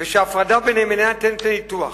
ושההפרדה ביניהם איננה ניתנת לניתוח.